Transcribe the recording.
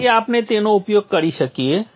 તેથી આપણે તેનો ઉપયોગ કરી શકીએ